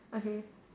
okay